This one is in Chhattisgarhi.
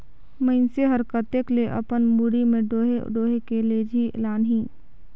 मइनसे हर कतेक ल अपन मुड़ी में डोएह डोएह के लेजही लानही